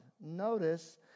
Notice